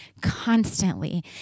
constantly